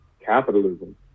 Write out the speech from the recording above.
capitalism